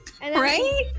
Right